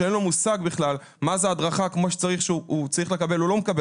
אין לו מושג מה זאת הדרכה ושהוא צריך לקבל אותה והוא לא מקבל.